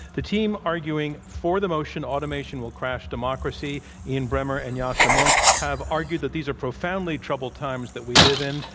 the team arguing for the motion automation will crash democracy ian bremmer and yascha mounk have argued that these are profoundly troubled times that we live in,